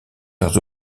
leurs